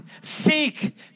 seek